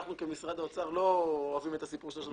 אנחנו כמשרד האוצר לא אוהבים את הסיפור של 66 מיליון שקל.